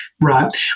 right